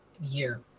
year